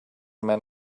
men